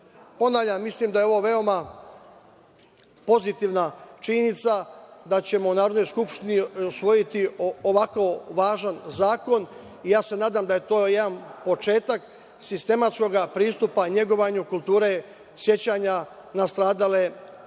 mislim da je ovo veoma pozitivna činjenica da ćemo u Narodnoj skupštini usvojiti ovako važan zakon i ja se nadam da je to jedan početak sistematskog pristupa negovanju kulture sećanja na stradale pre